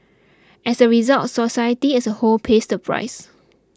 as a result society as a whole pays the price